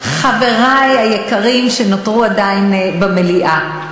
חברי היקרים שנותרו עדיין במליאה,